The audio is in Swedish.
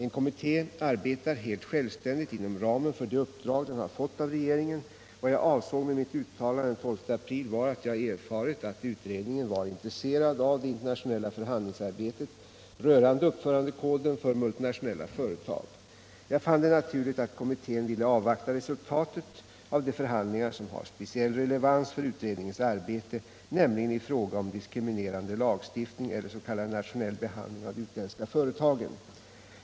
En kommitté arbetar helt självständigt inom ramen för det uppdrag den har fått av regeringen. Vad jag avsåg med mitt uttalande den 12 april var att jag erfarit att utredningen var intresserad av det internationella förhandlingsarbetet rörande uppförandekoden för multinationella företag. Jag fann det naturligt om kommittén ville avvakta resultatet av de förhandlingar som har speciell relevans för utredningens arbete, nämligen i fråga om diskriminerande lagstiftning eller s.k. nationell behandling av de utländska företagen.